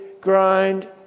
grind